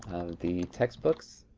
the textbooks